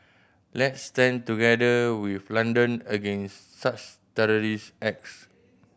let's stand together with London against such terrorist acts